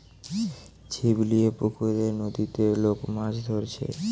ছিপ লিয়ে পুকুরে, নদীতে লোক মাছ ধরছে